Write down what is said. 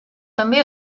també